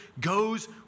goes